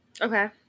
Okay